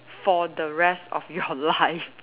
for the rest of your life